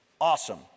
Awesome